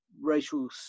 racial